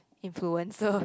influence so